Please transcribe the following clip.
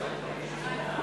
הרווחה והבריאות נתקבלה.